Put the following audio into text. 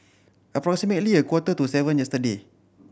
approximately a quarter to seven yesterday